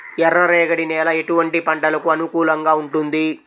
ఎర్ర రేగడి నేల ఎటువంటి పంటలకు అనుకూలంగా ఉంటుంది?